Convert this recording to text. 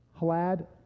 Halad